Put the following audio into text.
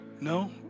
No